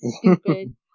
stupid